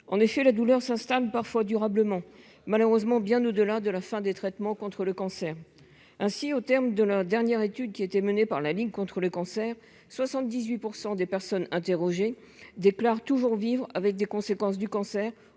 en effet, la douleur s'installe parfois durablement malheureusement bien au-delà de la fin des traitements contre le cancer ainsi au terme de la dernière étude qui était menée par la Ligue contre le cancer 78 % des personnes interrogées déclarent toujours vivre avec des conséquences du cancer